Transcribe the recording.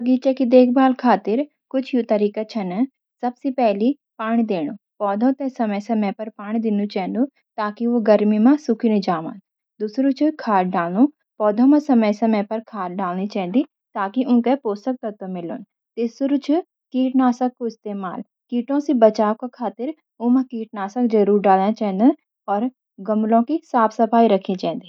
बगीचे की देखभाल खातिन कुछ यू तरीका छन: पानी देना – पौधों के समय-समय पर पानी देओ, खासकर गर्मी में ताकि ऊ सुखी न जाऊं। खाद डालना – पौधों म समय पर खाद डाली चेदी ताकि ऊके पोषक तत्व मिलदी राय। कीटनाशक का इस्तेमाल – कीटों से बचाव खातिर कीटनाशक जरूर डाली चेदा और गमलों की साफ सफाई रखी चेदी।